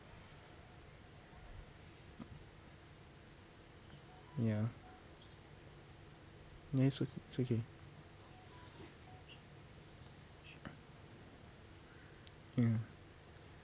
ya ya it's o~ it's okay ya